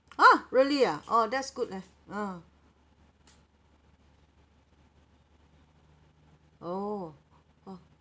!huh! really ah oh that's good leh ah oh !wah!